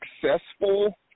successful